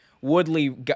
Woodley